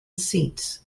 seats